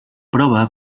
prova